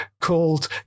called